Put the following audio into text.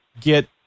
get